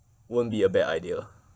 won't be a bad idea